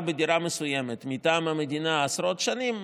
בדירה מסוימת מטעם המדינה עשרות שנים,